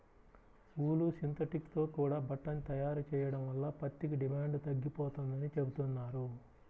ఊలు, synthetic తో కూడా బట్టని తయారు చెయ్యడం వల్ల పత్తికి డిమాండు తగ్గిపోతందని చెబుతున్నారు